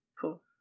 Cool